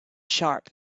sharp